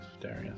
Darius